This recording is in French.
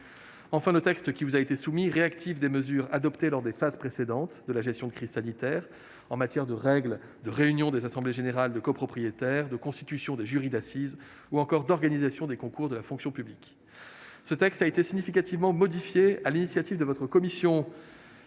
Enfin, le texte qui vous est soumis réactive des mesures adoptées lors de phases précédentes de la crise sanitaire, qu'il s'agisse des règles de réunion des assemblées générales de copropriétaires, de la constitution des jurys d'assises ou encore de l'organisation des concours de la fonction publique. Le projet de loi a été significativement modifié sur l'initiative de votre commission